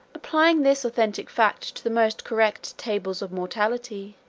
applying this authentic fact to the most correct tables of mortality,